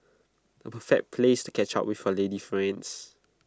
A perfect place to catch up with your lady friends